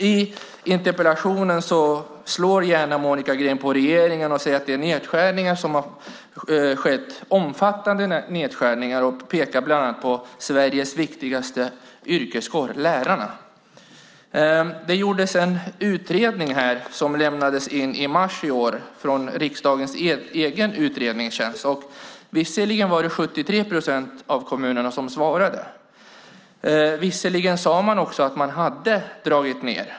I interpellationen angriper Monica Green regeringen och säger att det har skett omfattande nedskärningar bland annat inom Sveriges viktigaste yrkeskår, lärarna. I mars presenterade riksdagens utredningstjänst en undersökning. 73 procent av kommunerna svarade, och man hade dragit ned.